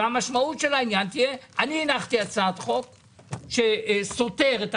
והמשמעות של העניין תהיה --- אני הנחתי הצעת חוק שסותרת את